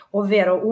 ovvero